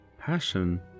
passion